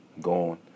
gone